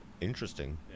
interesting